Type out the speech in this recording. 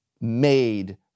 made